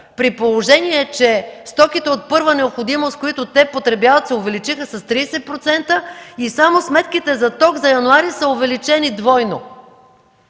при положение че стоките от първа необходимост, които те потребяват, се увеличиха с 30% и само сметките за ток за януари са увеличени двойно.